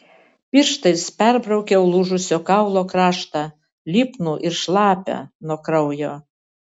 pirštais perbraukiau lūžusio kaulo kraštą lipnų ir šlapią nuo kraujo